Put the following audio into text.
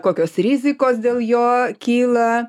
kokios rizikos dėl jo kyla